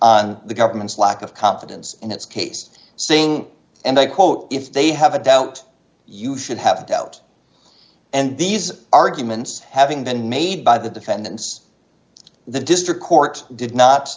on the government's lack of confidence in its case saying and i quote if they have a doubt you should have doubt and these arguments having been made by the defendants the district court did not